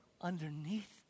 underneath